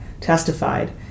testified